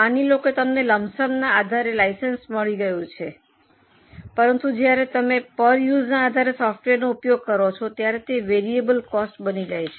માની લો કે તમને લમ સમ ના આધારે લાઇસન્સ મળી ગયું છે પરંતુ જ્યારે તમે પર ઉસના આધારે સોફ્ટવેરનો ઉપયોગ કરો છો ત્યારે તે વેરીએબલ કોસ્ટ બની જાય છે